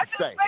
say